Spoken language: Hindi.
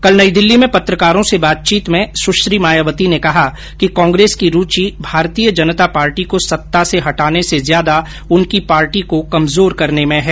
कल नई दिल्ली में पत्रकारों से बातचीत में सुश्री मायावती ने कहा कि कांग्रेस की रुचि भारतीय जनता पार्टी को सत्ता से हटाने से ज्यादा उनकी पार्टी को कमजोर करने में है